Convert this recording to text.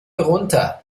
runter